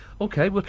Okay